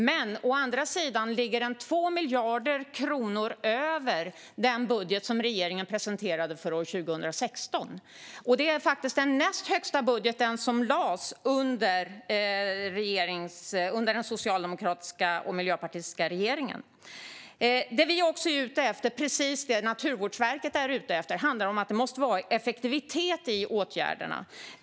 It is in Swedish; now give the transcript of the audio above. Men den ligger 2 miljarder kronor över den budget regeringen presenterade för 2016, och det var den näst högsta budget som lades fram under den socialdemokratiska och miljöpartistiska regeringen. Det vi precis som Naturvårdsverket är ute efter är att det måste vara effektivitet i åtgärderna.